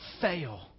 fail